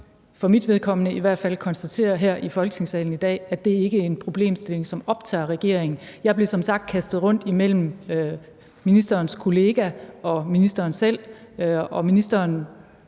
for mit vedkommende i hvert fald konstatere her i Folketingssalen i dag, at det ikke er en problemstilling, som optager regeringen. Jeg blev som sagt kastet rundt mellem ministerens kollega og ministeren selv,